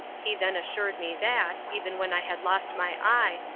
he then assured me that, even when i had lost my eye,